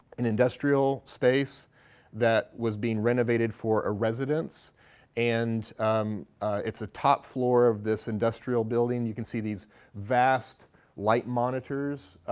an industrial space that was being renovated for a residence and it's a top floor of this industrial building. you can see these vast light monitors